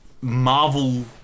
Marvel